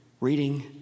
reading